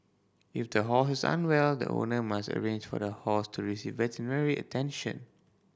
if the horse is unwell the owner must arrange for the horse to receive veterinary attention